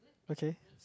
okay